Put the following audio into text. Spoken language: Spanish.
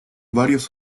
varios